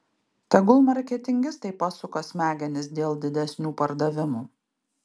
tegul marketingistai pasuka smegenis dėl didesnių pardavimų